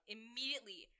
Immediately